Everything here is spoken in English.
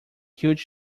huge